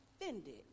offended